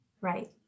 Right